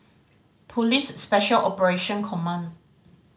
Police Special Operation Command